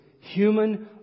human